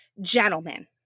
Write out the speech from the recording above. Gentlemen